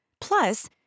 Plus